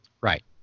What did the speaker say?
Right